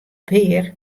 pear